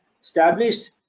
established